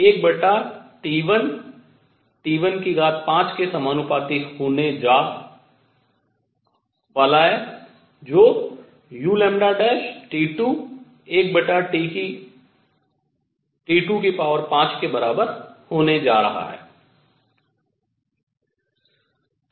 Δλ 1T1T15 के समानुपाती होने वाला है जो uλ1T25 के बराबर होने जा रहा है